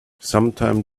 sometime